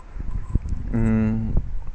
um